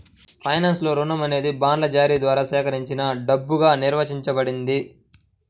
ఫైనాన్స్లో, రుణం అనేది బాండ్ల జారీ ద్వారా సేకరించిన డబ్బుగా నిర్వచించబడింది